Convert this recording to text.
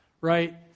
Right